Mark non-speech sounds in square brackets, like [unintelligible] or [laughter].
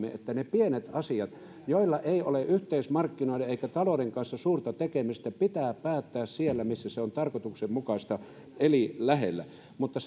että ne pienet asiat joilla ei ole yhteismarkkinoiden eikä talouden kanssa suurta tekemistä pitää päättää siellä missä se on tarkoituksenmukaista eli lähellä mutta [unintelligible]